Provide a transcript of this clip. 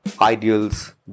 ideals